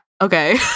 okay